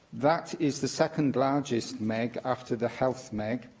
that is the second largest meg after the health meg,